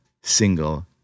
single